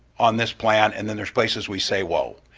on this plan, and then there's places we say whoa.